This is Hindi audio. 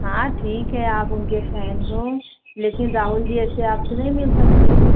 हाँ ठीक है आप उनके फैन्स हो लेकिन राहुल जी आपसे ऐसे नहीं मिल सकते